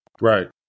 Right